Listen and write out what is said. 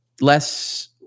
less